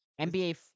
NBA